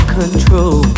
control